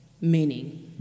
meaning